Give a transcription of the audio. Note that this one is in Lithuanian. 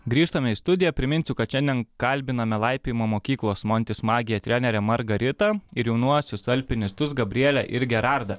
grįžtame į studiją priminsiu kad šiandien kalbiname laipiojimo mokyklos montis magija trenerę margaritą ir jaunuosius alpinistus gabrielę ir gerardą